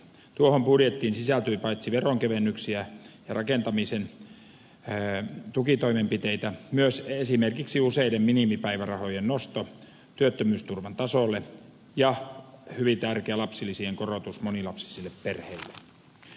tuohon budjettiin sisältyi paitsi veronkevennyksiä ja rakentamisen tukitoimenpiteitä myös esimerkiksi useiden minimipäivärahojen nosto työttömyysturvan tasolle ja hyvin tärkeä lapsilisien korotus monilapsisille perheille